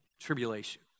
tribulation